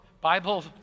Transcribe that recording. Bible